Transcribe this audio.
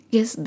Yes